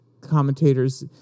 commentators